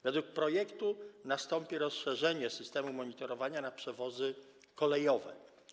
Według projektu nastąpi rozszerzenie systemu monitorowania o przewozy kolejowe.